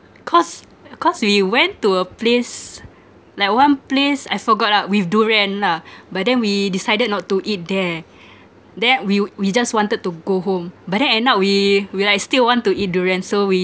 cause cause we went to a place like one place I forgot lah with durian lah but then we decided not to eat there then we we just wanted to go home but then end up we we like still want to eat durian so we